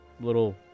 little